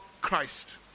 Christ